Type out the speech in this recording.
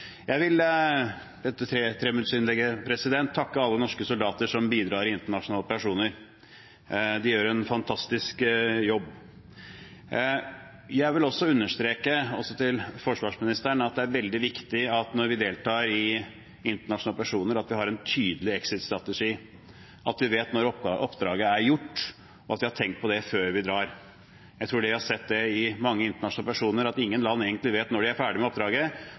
Jeg vil i dette treminuttersinnlegget takke alle norske soldater som bidrar i internasjonale operasjoner. De gjør en fantastisk jobb. Jeg vil også understreke, også overfor forsvarsministeren, at det er veldig viktig når vi deltar i internasjonale operasjoner, at vi har en tydelig exit-strategi, at vi vet når oppdraget er gjort, at vi har tenkt på det før vi drar. Jeg tror en har sett det i mange internasjonale operasjoner at ingen land egentlig vet når de er ferdig med oppdraget.